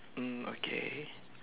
mm okay